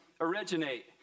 originate